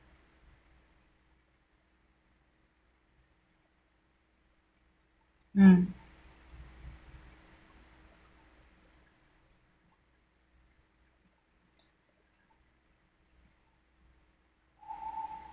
mm